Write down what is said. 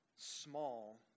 Small